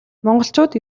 монголчууд